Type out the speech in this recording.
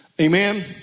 Amen